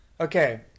Okay